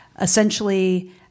essentially